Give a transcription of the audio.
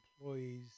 employees